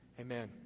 Amen